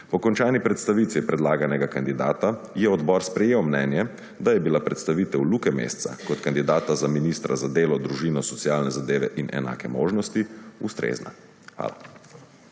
Po končani predstavitvi predlaganega kandidata je odbor sprejel mnenje, da je bila predstavitev Luke Mesca kot kandidata za ministra za delo, družino, socialne zadeve in enake možnosti ustrezna. Hvala.